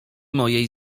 mojej